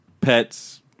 Pets